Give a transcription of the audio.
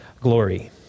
glory